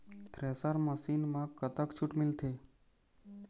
Thresher machine म कतक छूट मिलथे?